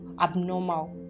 abnormal